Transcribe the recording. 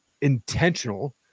intentional